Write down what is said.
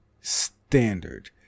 standard